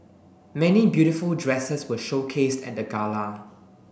many beautiful dresses were showcased at the gala